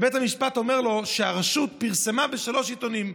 ובית המשפט אומר לו שהרשות פרסמה בשלושה עיתונים.